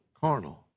carnal